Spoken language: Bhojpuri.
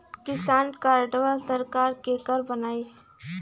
किसान कार्डवा सरकार केकर बनाई?